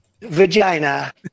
Vagina